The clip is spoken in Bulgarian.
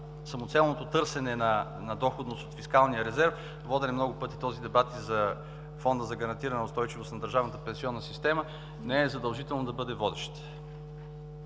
самоцелното търсене на доходност от фискалния резерв – воден е много пъти този дебат и за Фонда за гарантирана устойчивост на държавната пенсионна система, не е задължително да бъде водеща.